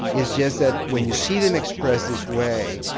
it's just that when you see them expressed this way,